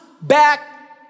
back